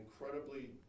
incredibly